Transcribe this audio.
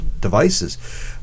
devices